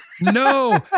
no